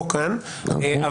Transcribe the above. --- למרות שהגעתי בבוקר, אבל